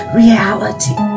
reality